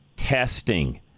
testing